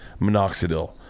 Minoxidil